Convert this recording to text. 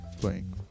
playing